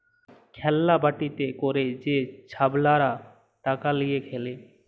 খেল্লা বাটিতে ক্যইরে যে ছাবালরা টাকা লিঁয়ে খেলে